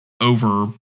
over